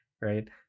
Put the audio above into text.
Right